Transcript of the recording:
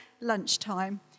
lunchtime